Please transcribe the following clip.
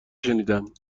شنیدم